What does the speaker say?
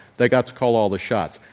they got to call all the shots.